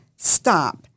Stop